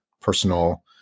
personal